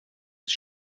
ist